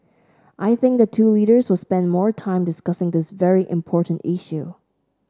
I think the two leaders will spend more time discussing this very important issue